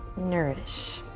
nourish.